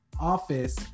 office